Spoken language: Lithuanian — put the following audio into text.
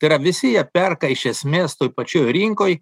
tai yra visi jie perka iš esmės toj pačioj rinkoj